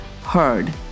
heard